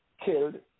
killed